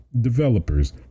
developers